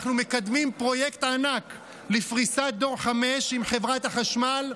אנחנו מקדמים פרויקט ענק לפריסת דור 5 עם חברת החשמל,